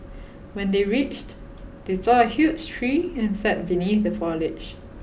when they reached they saw a huge tree and sat beneath the foliage